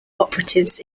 operatives